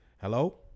hello